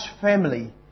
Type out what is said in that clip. family